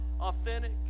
authentic